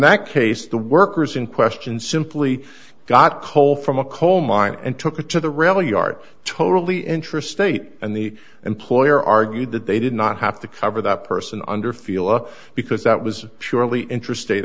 that case the workers in question simply got coal from a coal mine and took it to the rail yard totally interstate and the employer argued that they did not have to cover that person under filo because that was purely interstate